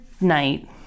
night